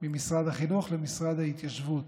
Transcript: ממשרד החינוך למשרד ההתיישבות.